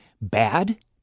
bad